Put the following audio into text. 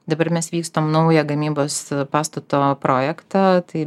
dabar mes vystom naują gamybos pastato projektą tai